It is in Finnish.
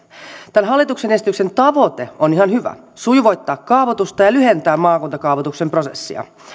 tämän hallituksen esityksen tavoite on ihan hyvä sujuvoittaa kaavoitusta ja lyhentää maakuntakaavoituksen prosessia